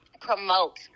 promote